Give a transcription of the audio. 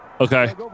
Okay